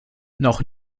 noch